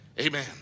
Amen